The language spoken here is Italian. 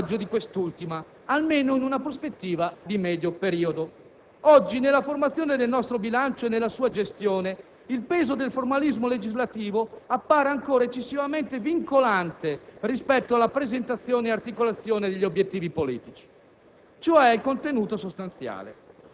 e della spesa e quindi il monitoraggio di quest'ultima, almeno in una prospettiva di medio periodo. Nella formazione del nostro bilancio e nella sua gestione il peso del formalismo legislativo appare oggi ancora eccessivamente vincolante rispetto alla presentazione e articolazione degli obiettivi politici,